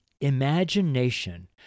imagination